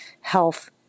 health